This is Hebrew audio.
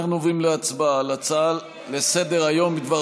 אנחנו עוברים להצבעה על הצעה לסדר-היום בדבר